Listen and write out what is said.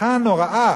ההצלחה הנוראה,